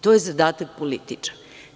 To je zadatak političara.